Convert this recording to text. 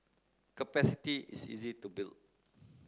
capacity is easy to build